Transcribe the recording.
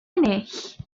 ennill